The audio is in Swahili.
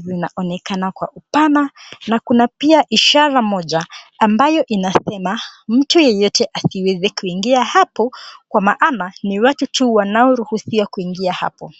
zinaonekana kwa upana na kuna pia ishara moja ambayo inasema, "Mtu yeyote asiweze kuingia hapo," kwa maana, ni watu tu wanaoruhusiwa kuingia hapo